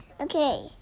Okay